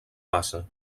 base